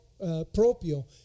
propio